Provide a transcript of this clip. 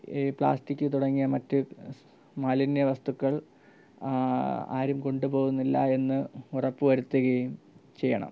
ഈ പ്ലാസ്റ്റിക് തുടങ്ങിയ മറ്റ് സ് മാലിന്യവസ്തുക്കൾ ആരും കൊണ്ടുപോകുന്നില്ല എന്ന് ഉറപ്പ് വരുത്തുകയും ചെയ്യണം